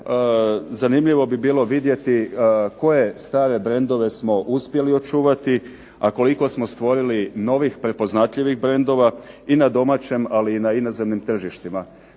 zanimljivo bi bilo vidjeti koje stare brendove smo uspjeli očuvati, a koliko smo stvorili novih prepoznatljivih brendova i na domaćem, ali i na inozemnim tržištima.